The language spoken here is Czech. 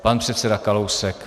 Pan předseda Kalousek.